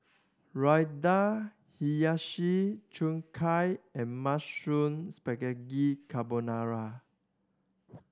Raita Hiyashi Chuka and Mushroom Spaghetti Carbonara